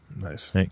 Nice